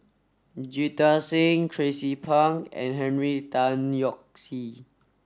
Jita Singh Tracie Pang and Henry Tan Yoke See